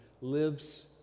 lives